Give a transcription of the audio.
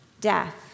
death